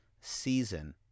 season